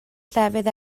llefydd